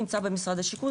נמצא במשרד השיכון,